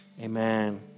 Amen